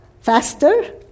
faster